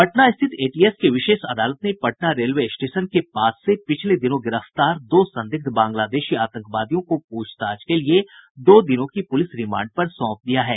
पटना स्थित एटीएस की विशेष अदालत ने पटना रेलवे स्टेशन के पास से पिछले दिनों गिरफ्तार दो संदिग्ध बांग्लादेशी आतंकवादियों को पूछताछ के लिए दो दिनों की पुलिस रिमांड पर सौंप दिया है